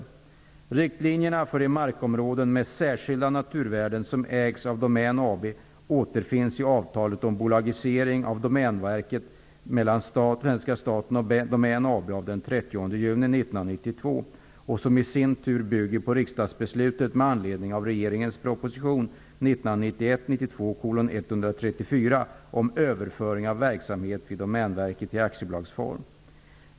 Riktlinjerna för de markområden med särskilda naturvärden som ägs av Domän AB återfinns i avtalet om bolagisering av Domänverket mellan svenska staten och Domän AB av den 30 juni 1992 och som i sin tur bygger på riksdagsbeslutet med anledning av regeringens proposition 1991/92:134 om överföring av verksamheten vid Domänverket till aktiebolagsform.